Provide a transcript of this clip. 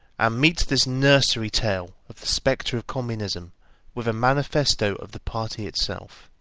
and meet this nursery tale of the spectre of communism with a manifesto of the party itself.